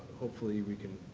hopefully we can